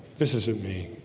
this isn't me.